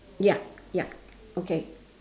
ya ya okay